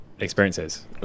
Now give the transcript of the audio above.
Experiences